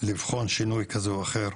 לבחון שינוי כזה או אחר,